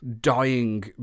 dying